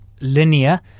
linear